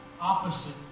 opposite